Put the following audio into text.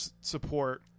support